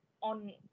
on